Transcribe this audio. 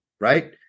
right